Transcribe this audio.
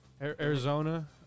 Arizona